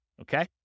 Okay